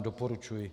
Doporučuji.